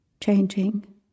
changing